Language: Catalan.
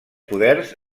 poders